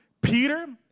Peter